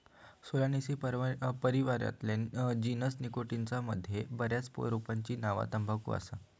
Solanaceae परिवारातल्या genus निकोटियाना मध्ये बऱ्याच रोपांची नावा तंबाखू असा